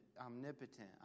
omnipotent